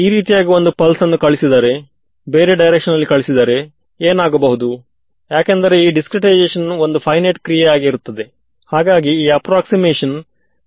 so ಅದರಲ್ಲಿ ಏನೇ ಇರಲಿ ಅವೆಲ್ಲಾ ಉಪಯೋಗಕ್ಕೆ ಬರುವ ಕಾಂಟೂರಿನ ಮೇಲೆ ಕುಳಿತಿದೆ ಸೋ ಈ ಪಾಯಿಂಟ್ಸ್ ಗಳ ಮೇಲಿನ ಫೀಲ್ಡ್ ನಿಮಗೆ ತಿಳಿದಿದೆ